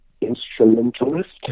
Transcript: instrumentalist